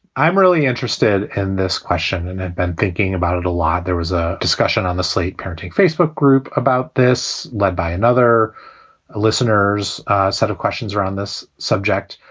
i'm really interested in this question and i've been thinking about it a lot. there was a discussion on the slate parenting facebook group about this led by another listener's set of questions around this subject.